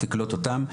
תקלוט אותם',